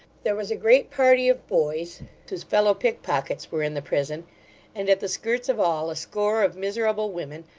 there was a great party of boys whose fellow-pickpockets were in the prison and at the skirts of all, a score of miserable women,